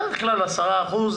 בדרך כלל מדובר בעשרה אחוזים.